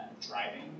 driving